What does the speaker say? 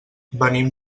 venim